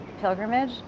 pilgrimage